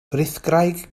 frithgraig